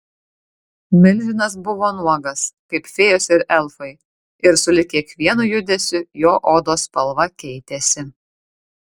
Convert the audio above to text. milžinas buvo nuogas kaip fėjos ir elfai ir sulig kiekvienu judesiu jo odos spalva keitėsi